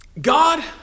God